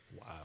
wow